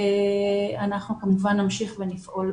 אנחנו כמובן נמשיך ונפעל בנושא.